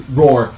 roar